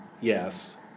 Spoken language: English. yes